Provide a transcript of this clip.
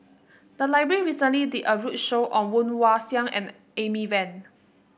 the library recently did a roadshow on Woon Wah Siang and Amy Van